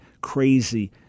crazy